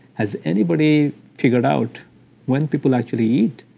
has anybody figured out when people actually eat?